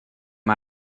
hem